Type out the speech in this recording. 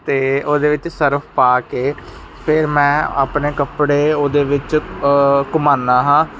ਅਤੇ ਉਹਦੇ ਵਿੱਚ ਸਰਫ ਪਾ ਕੇ ਫਿਰ ਮੈਂ ਆਪਣੇ ਕੱਪੜੇ ਉਹਦੇ ਵਿੱਚ ਘੁੰਮਾਨਾ ਹਾਂ